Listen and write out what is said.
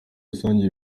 rusange